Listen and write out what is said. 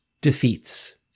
defeats